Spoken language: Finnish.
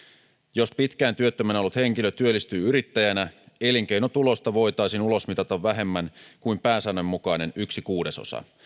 jos pitkään työttömänä ollut henkilö työllistyy yrittäjänä elinkeinotulosta voitaisiin ulosmitata vähemmän kuin pääsäännön mukainen yksi kuudesosa